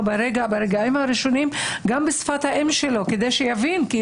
ברגעים הראשונים גם בשפת האם שלו כדי שיבין.